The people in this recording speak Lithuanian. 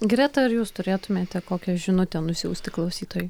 greta ar jūs turėtumėte kokią žinutę nusiųsti klausytojui